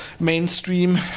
Mainstream